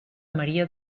maria